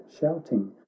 shouting